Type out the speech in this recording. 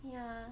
ya